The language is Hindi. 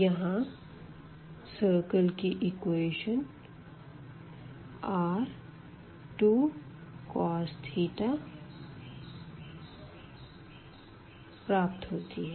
यहाँ सर्कल इक्वेशन r2cos को संतुष्ट करता है